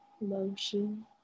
lotion